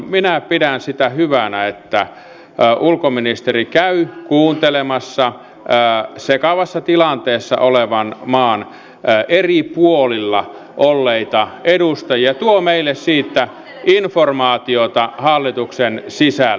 minä pidän hyvänä sitä että ulkoministeri käy kuuntelemassa sekavassa tilanteessa olevan maan eri puolilla olleita edustajia ja tuo meille siitä informaatiota hallituksen sisällä